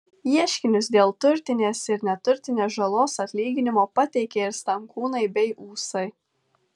ieškinius dėl turtinės ir neturtinės žalos atlyginimo pateikė ir stankūnai bei ūsai